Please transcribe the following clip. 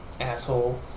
Asshole